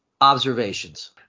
observations